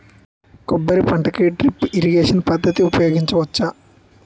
కొబ్బరి పంట కి డ్రిప్ ఇరిగేషన్ పద్ధతి ఉపయగించవచ్చా?